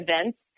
events